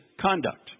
conduct